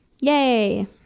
Yay